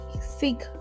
seek